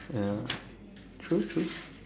ya true true